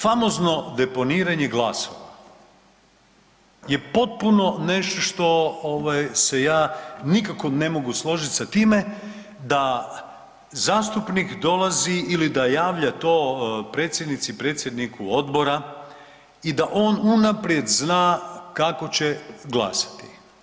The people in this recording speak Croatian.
Famozno deponiranje glasova je potpuno nešto što se ja nikako ne mogu složiti sa time da zastupnik dolazi ili da javlja to predsjednici, predsjedniku odbora i da on unaprijed zna kako će glasati.